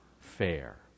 fair